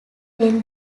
then